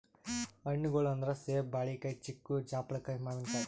ಹಣ್ಣ್ಗೊಳ್ ಅಂದ್ರ ಸೇಬ್, ಬಾಳಿಕಾಯಿ, ಚಿಕ್ಕು, ಜಾಪಳ್ಕಾಯಿ, ಮಾವಿನಕಾಯಿ